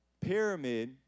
pyramid